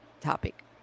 topic